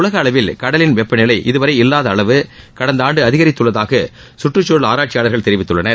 உலகளவில் கடலில் காணப்படும் வெப்பநிலை இதவரை இல்லாத அளவு கடந்த ஆண்டு அதிகரித்துள்ளதாக சுற்றுச்சூழல் ஆராய்ச்சியாளர்கள் தெரிவித்துள்ளனர்